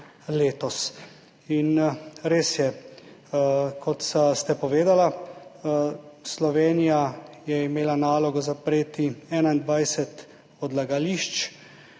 In res je, kot ste povedali, Slovenija je imela nalogo zapreti 21 odlagališč,